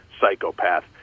psychopath